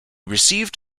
received